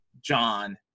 John